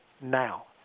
now